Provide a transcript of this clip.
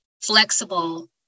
flexible